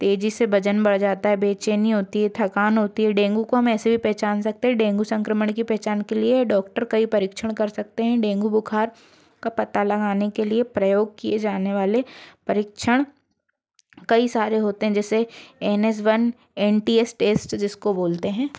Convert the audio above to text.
तेज़ी से वजन बढ़ जाता है बेचैनी होती है थकान होती है डेंगू को हम ऐसे भी पहचान सकते हैं डेंगू संक्रमण की पहचान के लिए डॉक्टर कई परीक्षण कर सकते हैं डेंगू बुखार का पता लगाने के लिए प्रयोग किए जाने वाले परिक्षण कई सारे होते हैं जैसे N S one N T S test जिसको बोलते हैं